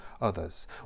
others